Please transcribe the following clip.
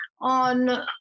on